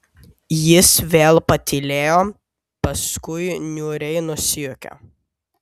jis vėl patylėjo paskui niūriai nusijuokė